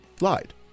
lied